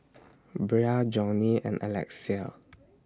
Bria Johney and Alexia